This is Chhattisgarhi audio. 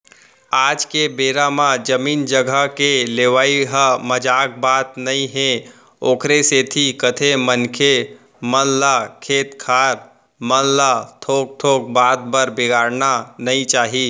आज के बेरा म जमीन जघा के लेवई ह मजाक बात नई हे ओखरे सेती कथें मनखे मन ल खेत खार मन ल थोक थोक बात बर बिगाड़ना नइ चाही